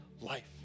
life